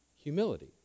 Humility